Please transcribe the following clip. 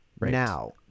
Now